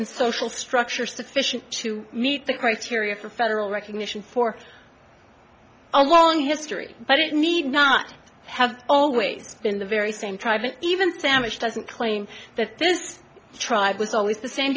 and social structure sufficient to meet the criteria for federal recognition for a long history but it need not have always been the very same tribe and even sandwich doesn't claim that this tribe was always the same